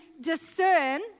discern